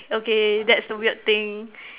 okay that's the weird thing